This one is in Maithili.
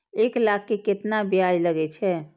एक लाख के केतना ब्याज लगे छै?